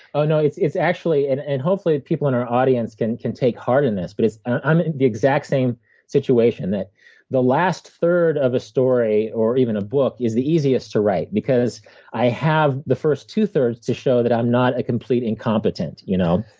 oh, no, it's it's actually and and hopefully people in our audience can can take heart in this, but i'm in the exact same situation, that the last third of a story, or even a book, is the easiest to write because i have the first two-thirds to show that i'm not a complete incompetent, you know